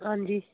ਹਾਂਜੀ